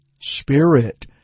Spirit